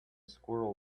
squirrel